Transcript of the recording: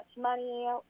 money